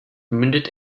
mündet